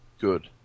good